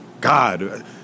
God